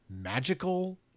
magical